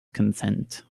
consent